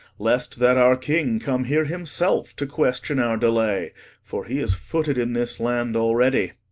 least that our king come here himselfe to question our delay for he is footed in this land already